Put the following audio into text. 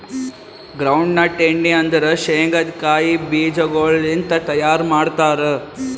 ground nut ಎಣ್ಣಿ ಅಂದುರ್ ಶೇಂಗದ್ ಕಾಯಿ ಬೀಜಗೊಳ್ ಲಿಂತ್ ತೈಯಾರ್ ಮಾಡ್ತಾರ್